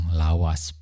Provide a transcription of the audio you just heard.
lawas